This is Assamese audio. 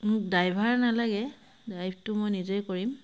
মোক ড্ৰাইভাৰ নালাগে ড্ৰাইভটো মই নিজেই কৰিম